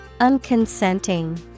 Unconsenting